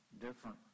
different